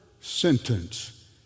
sentence